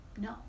no